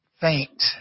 faint